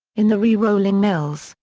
in the re-rolling mills,